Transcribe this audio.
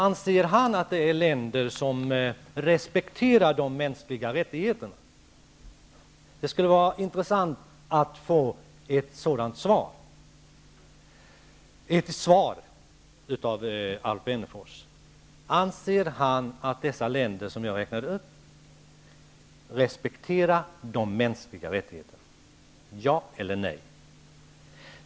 Anser Alf Wennerfors att det är länder som respekterar de mänskliga rättigheterna? Det skulle vara intressant att få svar på de frågorna. Anser Alf Wennerfors att de länder som jag räknat upp respekterar de mänskliga rättigheterna? Ja eller nej.